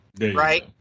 Right